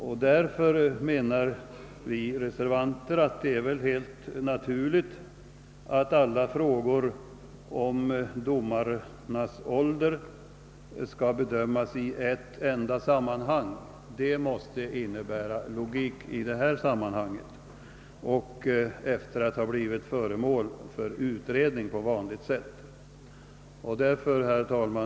Det är därför, menar vi reservanter, helt naturligt att alla frågor om domares ålder skall bedömas i ett sammanhang — det måste vara logiskt -— efter utredning på vanligt sätt. Herr talman!